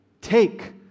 Take